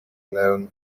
known